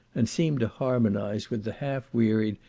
and seem to harmonize with the half wearied,